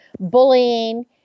bullying